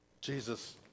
Jesus